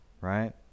right